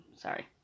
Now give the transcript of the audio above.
sorry